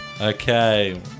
Okay